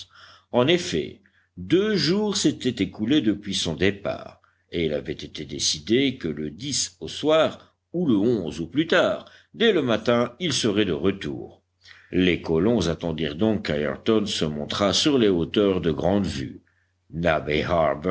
en effet deux jours s'étaient écoulés depuis son départ et il avait été décidé que le au soir ou le au plus tard dès le matin il serait de retour les colons attendirent donc qu'ayrton se montrât sur les hauteurs de